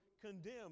condemn